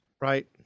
right